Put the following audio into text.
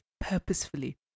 purposefully